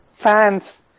fans